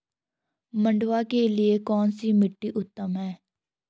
मंडुवा के लिए कौन सी मिट्टी उपयुक्त है?